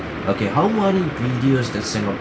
okay how many videos does singaporeans